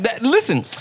Listen